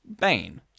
Bane